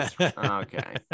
okay